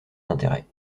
d’intérêt